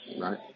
right